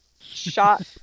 shot